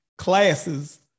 Classes